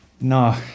No